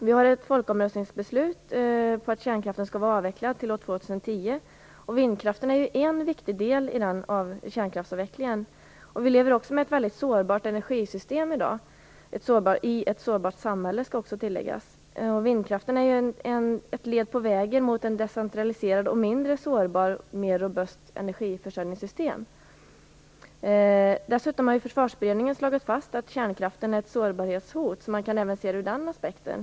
Vi har ett folkomröstningsbeslut på att kärnkraften skall vara avvecklad till år 2010. Vindkraften är en viktig del i kärnkraftsavvecklingen. Vi lever med ett väldigt sårbart energisystem i dag i ett sårbart samhälle. Vindkraften är ett led på vägen mot ett decentraliserat, mindre sårbart och mer robust energiförsörjningssystem. Dessutom har Försvarsberedningen slagit fast att kärnkraften är ett sårbarhetshot, så man kan även se det ur den aspekten.